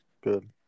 Good